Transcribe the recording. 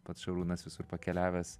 pats šarūnas visur pakeliavęs